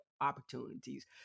opportunities